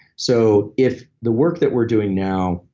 so, if the work that we're doing now,